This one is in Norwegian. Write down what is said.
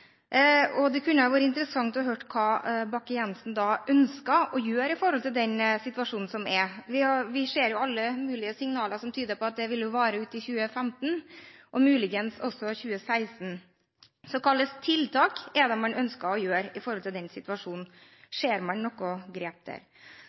det. Det kunne vært interessant å få høre hva Bakke-Jensen da ønsker å gjøre i den situasjonen som er. Vi ser jo alle mulige signaler som tyder på at det vil vare ut i 2015, og muligens også 2016. Så hva slags tiltak er det man ønsker å gjøre i den situasjonen?